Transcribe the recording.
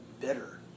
bitter